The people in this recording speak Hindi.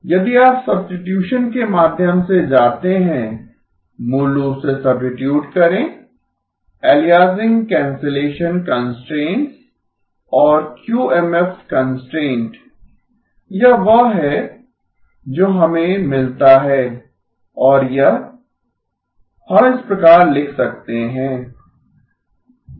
यदि आप सब्सिटयूशन के माध्यम से जाते हैं मूल रूप से सब्सिटयूट करें अलियासिंग कैंसलेशन कंस्ट्रेंट्स और क्यूएमएफ कंस्ट्रेंट यह वह है जो हमें मिलता है और यह हम इस प्रकार लिख सकते हैं